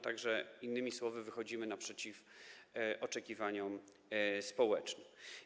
Tak że innymi słowy wychodzimy naprzeciw oczekiwaniom społecznym.